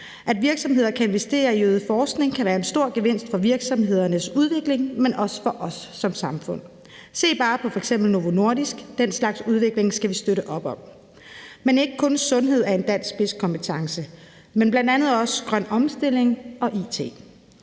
At virksomheder kan investere i øget forskning kan være en stor gevinst for virksomhedernes udvikling, men også for os som samfund. Se bare på f.eks. Novo Nordisk. Den slags udvikling skal vi støtte op om. Men ikke kun sundhed er en dansk spidskompetence, men bl.a. også grøn omstilling og it.